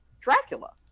Dracula